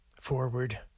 forward